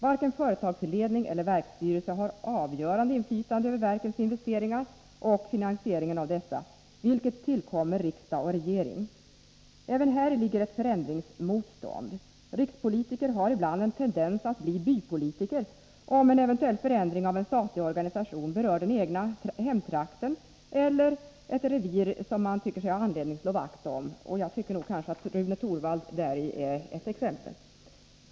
Varken företagsledning eller verksstyrelse har avgörande inflytande över verkens investeringar och finansieringen av dessa, vilket tillkommer riksdag och regering. Även häri ligger ett förändringsmotstånd. Rikspolitiker har ibland en tendens att bli bypolitiker, om en eventuell förändring av en statlig organisation berör den egna hemtrakten eller ett revir som man tycker sig ha anledning att slå vakt om. Jag tycker nog att Rune Torwald här givit ett exempel på detta.